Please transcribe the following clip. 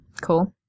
Cool